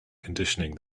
conditioning